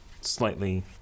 slightly